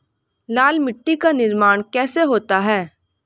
लाल मिट्टी का निर्माण कैसे होता है?